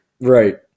Right